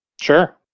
Sure